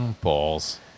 Balls